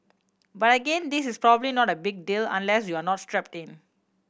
but again this is probably not a big deal unless you are not strapped in